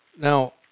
Now